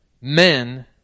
Men